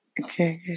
Okay